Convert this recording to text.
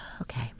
Okay